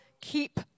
keep